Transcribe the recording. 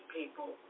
people